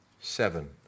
seven